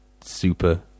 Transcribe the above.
super